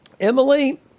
Emily